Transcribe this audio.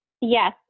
Yes